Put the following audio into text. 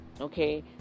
okay